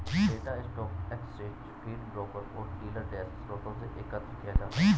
data stock exchange feed, broker और dealer desk स्रोतों से एकत्र किया जाता है